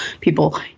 people